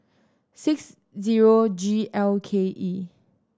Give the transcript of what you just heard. six zero G L K E